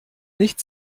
nicht